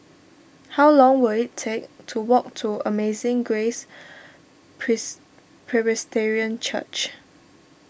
how long will it take to walk to Amazing Grace Pres Presbyterian Church